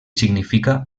significa